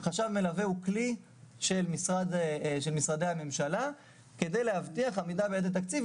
חשב מלווה הוא כלי של משרדי הממשלה כדי להבטיח עמידה ביעדי תקציב,